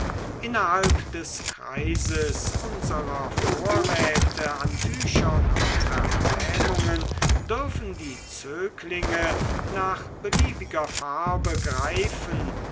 innerhalb des kreises unserer vorräte an tüchern und verbrämungen dürfen die zöglinge nach beliebiger farbe greifen